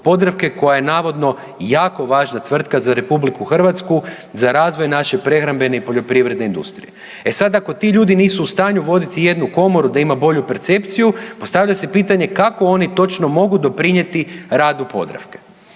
Podravke koja je navodno jako važna tvrtka za RH, za razvoj naše prehrambene i poljoprivredne industrije. E sad, ako ti ljudi nisu u stanju voditi jednu komoru da ima bolju percepciju postavlja se pitanje kako oni točno mogu doprinijeti radu Podravke.